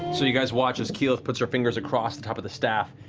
so you guys watch as keyleth puts her fingers across the top of the staff.